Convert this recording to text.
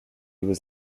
was